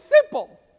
simple